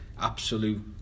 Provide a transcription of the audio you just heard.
absolute